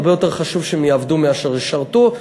הרבה יותר חשוב שהם יעבדו מאשר ישרתו.